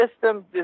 system